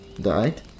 died